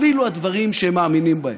אפילו הדברים שהם מאמינים בהם,